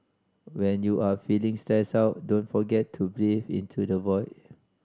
when you are feeling stressed out don't forget to breathe into the void